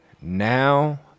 now